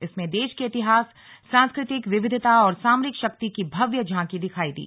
इसमें देश के इतिहास सांस्कृतिक विविधता और सामरिक शक्ति की भव्य झांकी दिखाई दी